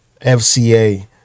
fca